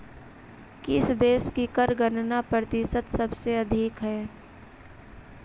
किस देश की कर गणना प्रतिशत सबसे अधिक हई